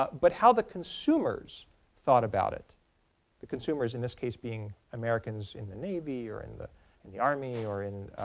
but how the consumers thought about it the consumers in this case being americans in the navy or in the in the army or in